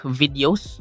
videos